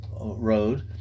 road